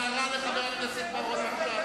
הערה לחבר הכנסת בר-און.